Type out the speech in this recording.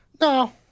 No